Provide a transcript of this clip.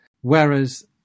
Whereas